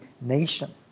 nation